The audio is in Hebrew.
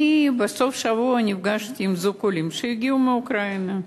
בסוף השבוע נפגשתי עם זוג עולים שהגיעו מאוקראינה.